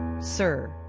sir